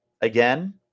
Again